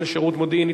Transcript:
(תיקון מס' 55) (רשיון לשירות מודיעין),